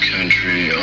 country